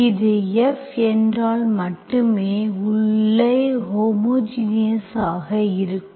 இது f என்றால் மட்டுமே உள்ளே ஹோமோஜினஸ் ஆக இருக்கும்